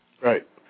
Right